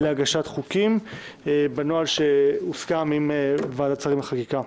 להגשת חוקים בנוהל שהוסכם עם ועדת שרים לחקיקה.